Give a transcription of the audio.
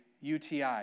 UTI